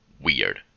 weird